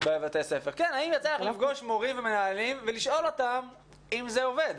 יצא לך לפגוש מורים ומנהלים ולשאול אותם אם זה עובד?